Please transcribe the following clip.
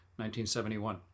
1971